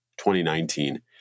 2019